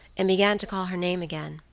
and began to call her name again.